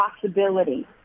possibility